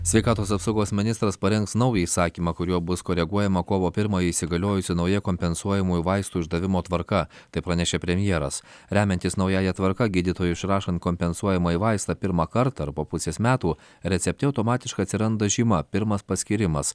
sveikatos apsaugos ministras parengs naują įsakymą kuriuo bus koreguojama kovo pirmąją įsigaliojusi nauja kompensuojamųjų vaistų išdavimo tvarka tai pranešė premjeras remiantis naująja tvarka gydytojui išrašant kompensuojamąjį vaistą pirmą kartą ar po pusės metų recepte automatiškai atsiranda žyma pirmas paskyrimas